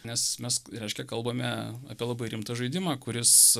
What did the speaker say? nes mes reiškia kalbame apie labai rimtą žaidimą kuris